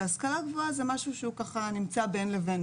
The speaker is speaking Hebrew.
השכלה גבוהה זה משהו שהוא נמצא בין לבין,